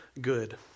good